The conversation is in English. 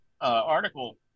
article